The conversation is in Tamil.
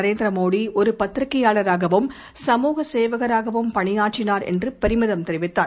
நரேந்திர மோடி ஒரு பத்திரிகையாளராகவும் சமுக சேவகராகவும் பணியாற்றினார் என்று பெருமிதம் தெரிவித்தார்